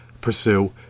pursue